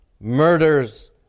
murders